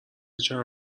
چند